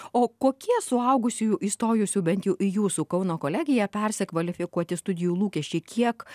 o kokie suaugusiųjų įstojusių bent į jūsų kauno kolegiją persikvalifikuoti studijų lūkesčiai kiek